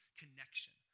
connection